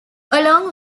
along